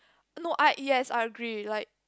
no I yes I agree like